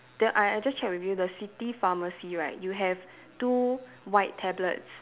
then I I just check with you the city pharmacy right you have two white tablets